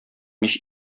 мич